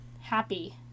happy